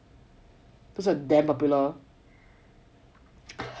those were damn popular